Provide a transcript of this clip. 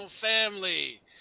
family